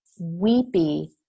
weepy